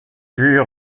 pus